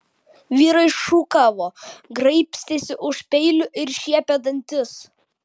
vyrai šūkavo graibstėsi už peilių ir šiepė dantis